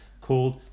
called